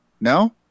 No